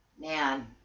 Man